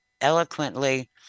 eloquently